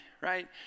right